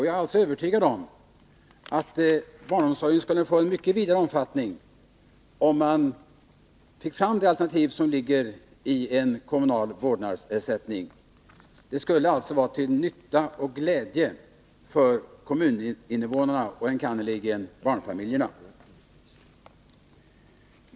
Jag är övertygad om att denna skulle få mycket vidare omfattning om vi fick fram det alternativ som ligger i en kommunal vårdnadsersättning. En sådan skulle vara till nytta och glädje för kommunens invånare och enkannerligen för barnfamiljerna.